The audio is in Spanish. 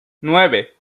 nueve